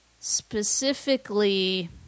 specifically